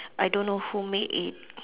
I don't know who made it